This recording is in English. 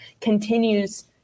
continues